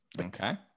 Okay